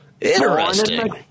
Interesting